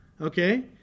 okay